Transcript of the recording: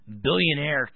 billionaire